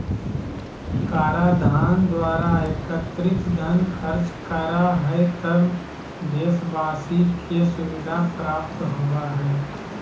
कराधान द्वारा एकत्रित धन खर्च करा हइ त देशवाशी के सुविधा प्राप्त होबा हइ